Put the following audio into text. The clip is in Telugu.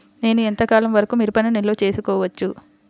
నేను ఎంత కాలం వరకు మిరపను నిల్వ చేసుకోవచ్చు?